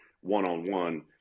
one-on-one